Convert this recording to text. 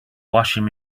washing